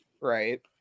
right